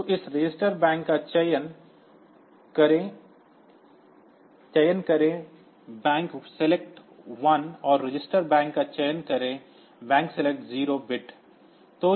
तो इस register bank का चयन करें 1 और रजिस्टर बैंक का चयन करें 0 बिट्स